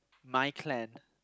my clan